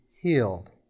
healed